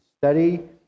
study